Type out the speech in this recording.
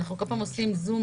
אנחנו כל פעם עושים זום-אאוט,